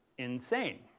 insane.